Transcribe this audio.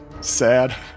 Sad